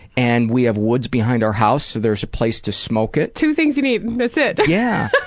and we have woods behind our house, so there's a place to smoke it. two things you need, that's it. yeah,